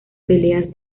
peleas